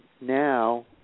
now